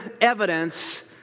evidence